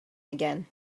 again